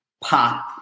pop